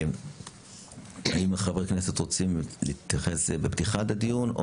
האם חברי הכנסת רוצים להתייחס בפתיחת הדיון?